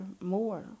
more